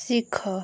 ଶିଖ